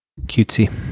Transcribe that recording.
cutesy